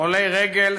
עולי רגל,